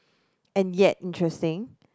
and yet interesting